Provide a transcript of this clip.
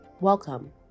Welcome